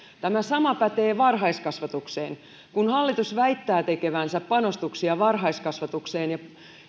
tämä sama pätee varhaiskasvatukseen kun hallitus väittää tekevänsä panostuksia varhaiskasvatukseen ja